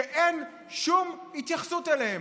שאין שום התייחסות אליהם.